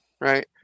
right